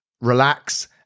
relax